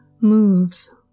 moves